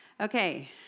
Okay